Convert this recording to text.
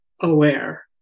aware